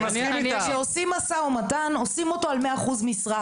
כשעושים משא ומתן עושים אותו על 100% משרה.